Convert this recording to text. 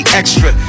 extra